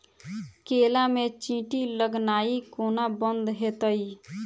केला मे चींटी लगनाइ कोना बंद हेतइ?